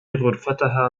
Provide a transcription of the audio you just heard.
غرفتها